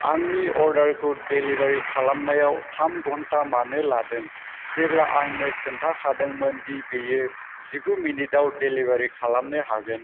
आंनि अर्डारखौ डेलिभारि खालामनायाव थाम घन्टा मानो लादों जेब्ला आंनो खोनथाखादोंमोन दि बेयो जिगु मिनिटाव डेलिभारि खालामनो हागोन